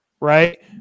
right